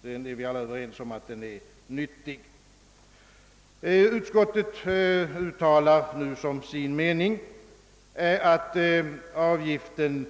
Vi är alla överens om att verksamheten är nyttig. Utskottet uttalar nu som sin mening att avgiften